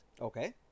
Okay